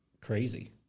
crazy